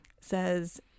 Says